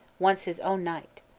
once his own knight.